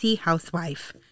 housewife